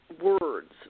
words